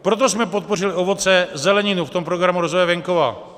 Proto jsme podpořili ovoce, zeleninu v tom Programu rozvoje venkova.